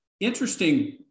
Interesting